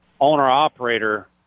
owner-operator